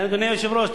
אדוני היושב-ראש,